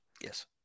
Yes